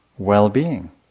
well-being